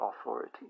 authority